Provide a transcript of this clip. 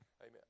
Amen